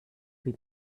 wie